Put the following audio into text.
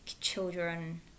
children